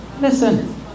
Listen